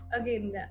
Again